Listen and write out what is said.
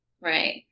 Right